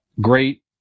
great